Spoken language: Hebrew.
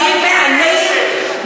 תגידי את זה.